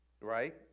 right